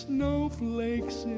Snowflakes